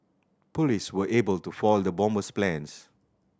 police were able to foil the bomber's plans